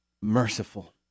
merciful